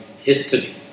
history